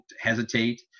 hesitate